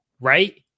right